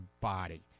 body